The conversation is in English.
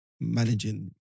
managing